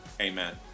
Amen